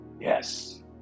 Yes